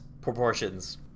proportions